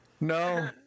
No